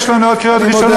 יש לנו עוד קריאות ראשונות.